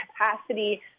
capacity